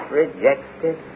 rejected